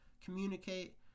communicate